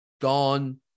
gone